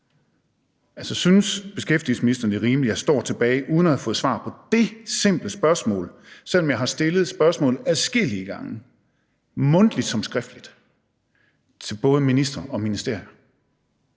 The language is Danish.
svar. Synes beskæftigelsesministeren, det er rimeligt, at jeg står tilbage uden at have fået svar på det simple spørgsmål, selv om jeg har stillet spørgsmålet adskillige gange mundtligt som skriftligt til både ministre og ministerier?